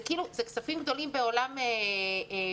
זה כספים גדולים בעולם פילנתרופי,